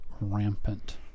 rampant